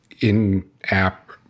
in-app